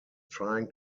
trying